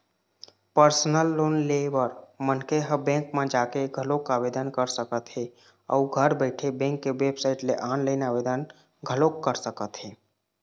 personal loan ले बर मनखे ह बेंक म जाके घलोक आवेदन कर सकत हे अउ घर बइठे बेंक के बेबसाइट ले ऑनलाईन आवेदन घलोक कर सकत हे